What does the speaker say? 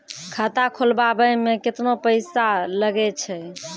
खाता खोलबाबय मे केतना पैसा लगे छै?